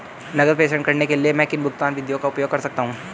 नकद प्रेषण करने के लिए मैं किन भुगतान विधियों का उपयोग कर सकता हूँ?